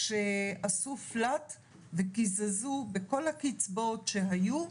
כשעשו flat וקיזזו בכל הקצבאות שהיו,